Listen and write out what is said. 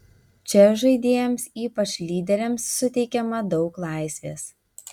čia žaidėjams ypač lyderiams suteikiama daug laisvės